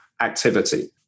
activity